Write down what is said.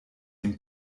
dem